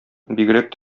бигрәк